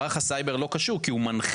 מערך הסייבר לא קשור כי הוא מנחה,